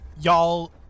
y'all